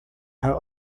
are